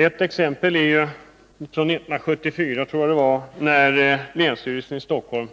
Ett exempel är från 1974, då länsstyrelsen i Stockholm